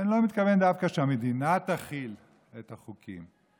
אני לא מתכוון דווקא שהמדינה תחיל את החוקים,